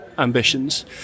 ambitions